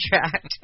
contract